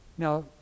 Now